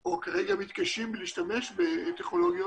אין להם או כרגע מתקשים להשתמש בטכנולוגיות,